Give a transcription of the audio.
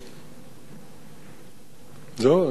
זהו?